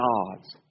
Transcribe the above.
God's